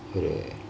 ஒறு:oru